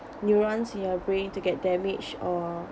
neurons in your brain to get damaged or